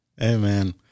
Amen